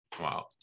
Wow